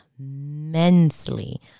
immensely